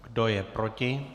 Kdo je proti?